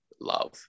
love